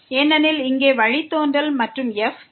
ஏனெனில் இங்கே வழித்தோன்றல் மற்றும் f இருப்பதனால்